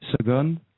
Second